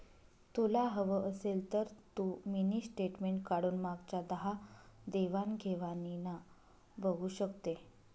तुला हवं असेल तर तू मिनी स्टेटमेंट काढून मागच्या दहा देवाण घेवाणीना बघू शकते